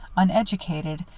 uneducated,